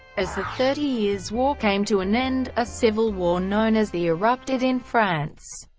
as the thirty years' war came to an end, a civil war known as the erupted in france.